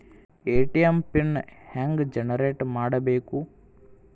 ATM PIN ಹೆಂಗ್ generate ಮಾಡಬೇಕು?